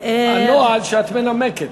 הנוהל שאת מנמקת.